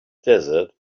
desert